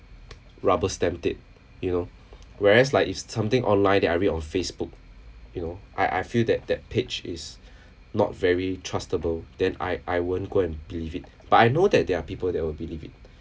rubber-stamped it you know whereas like it's something online that I read on Facebook you know I I feel that that page is not very trustable then I I won't go and believe it but I know that there are people that will believe it